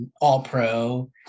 all-pro